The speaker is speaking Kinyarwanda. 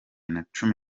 nacumi